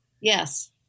Yes